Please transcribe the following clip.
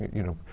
you know,